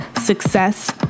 success